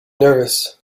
nervous